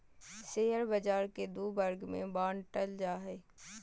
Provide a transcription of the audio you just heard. share बाज़ार के दू वर्ग में बांटल जा हइ